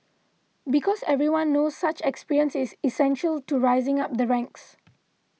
because everyone knows such experience is essential to rising up the ranks